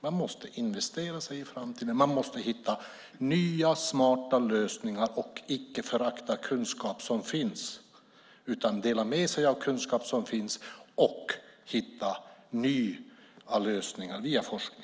Man måste investera, hitta nya smarta lösningar och icke förakta kunskap som finns. Det gäller att dela med sig av kunskap som finns och hitta nya lösningar via forskning.